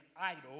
idol